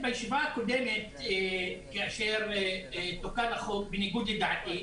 בישיבה הקודמת כאשר תוקן החוק בניגוד לדעתי,